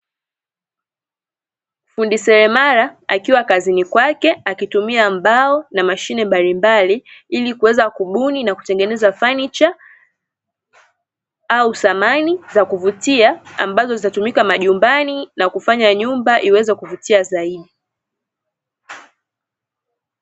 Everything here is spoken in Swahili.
Fundi seremala akiwa kazini kwake akitumia mbao na mashine mbalimbali, ili kuweza kubuni na kutengeneza fanicha au samani za kuvutia, ambazo zitatumika majumbani na kufanya nyumba iweze kuvutia zaidi.